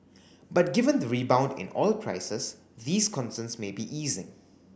but given the rebound in oil prices these concerns may be easing